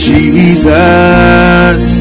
Jesus